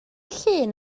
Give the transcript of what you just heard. llun